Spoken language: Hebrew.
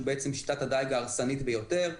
שהוא בעצם שיטת הדייג ההרסנית ביותר.